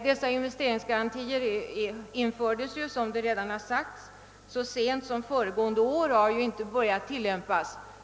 Dessa investeringsgarantier infördes, såsom redan har sagts, så sent som föregående år och har ännu inte tillämpats under ett år.